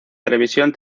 televisión